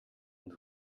und